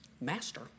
Master